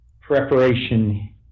preparation